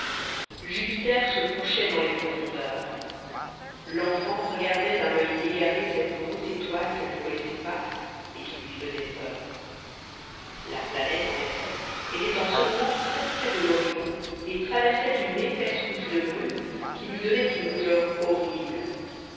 jupiter se couchait dans les profondeurs l'enfant regardait d'un oeil égaré cette grosse étoile qu'elle ne connaissait pas et qui lui faisait peur la planète en effet était en ce moment très près de l'horizon et traversait une épaisse couche de brume qui lui donnait une rougeur horrible